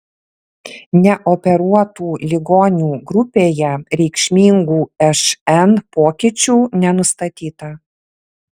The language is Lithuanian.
neoperuotų ligonių grupėje reikšmingų šn pokyčių nenustatyta